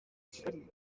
kigali